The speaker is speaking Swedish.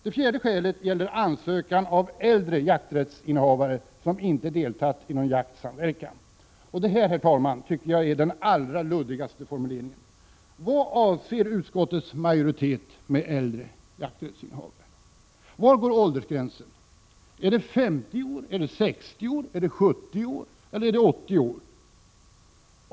Det fjärde skälet gäller ansökan av äldre jakträttsinnehavare som inte tidigare har deltagit i någon jaktsamverkan. Här, herr talman, tycker jag att man åstadkommit den allra luddigaste formuleringen. Vad avser utskottsmajoriteten med äldre jakträttsinnehavare? Var går åldersgränsen? Är det vid 50, 60, 70 eller 80 år?